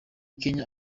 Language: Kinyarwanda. kenya